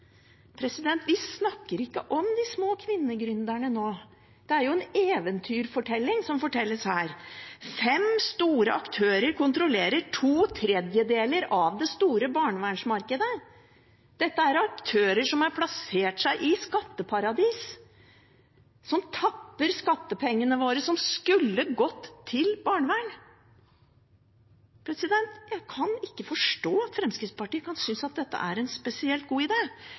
Vi snakker ikke om de små kvinnegründerne nå. Det er en eventyrfortelling som fortelles her. Fem store aktører kontrollerer to tredjedeler av det store barnevernsmarkedet. Dette er aktører som har plassert seg i skatteparadiser, som tapper skattepengene våre som skulle ha gått til barnevern. Jeg kan ikke forstå at Fremskrittspartiet kan synes at dette er en spesielt god